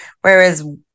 whereas